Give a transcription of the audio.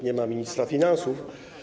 Nie ma ministra finansów.